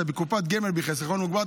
כשאתה בקופת גמל בחיסכון מוגבר,